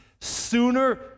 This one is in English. sooner